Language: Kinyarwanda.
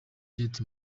jett